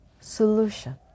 solution